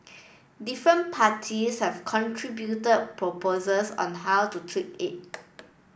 different parties have contributed proposals on how to tweak it